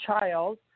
child